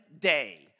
day